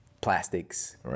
plastics